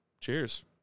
Cheers